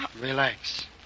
Relax